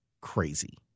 crazy